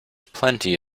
plenty